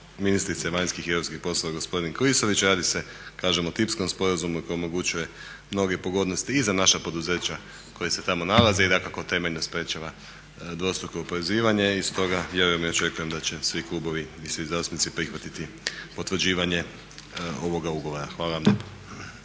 ministrice vanjskih i europskih poslova gospodin Klisović. Radi se kažem o tipskom sporazumu koji omogućuje mnoge pogodnosti i za naša poduzeća koja se tamo nalaze i dakako temeljno sprečava dvostruko oporezivanje i stoga vjerujem i očekujem da će svi klubovi i svi zastupnici prihvatiti potvrđivanje ovoga ugovora. Hvala vam